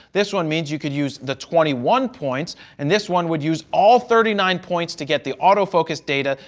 this one means you could use the twenty one points and this one would use all thirty nine points to get the autofocus data.